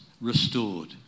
restored